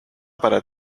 para